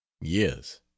yes